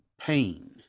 pain